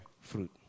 fruit